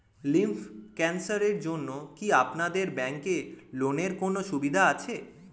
Lymph ক্যানসারের জন্য কি আপনাদের ব্যঙ্কে লোনের কোনও সুবিধা আছে?